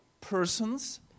persons